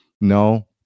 No